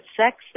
sex